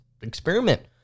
experiment